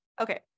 okay